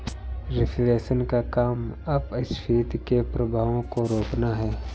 reflation का काम अपस्फीति के प्रभावों को रोकना है